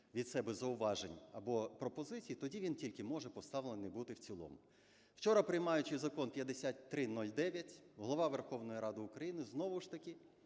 від себе зауважень або пропозицій, тоді він тільки може поставлений буде в цілому. Вчора, приймаючи Закон 5309, Голова Верховної Ради України, знову ж таки,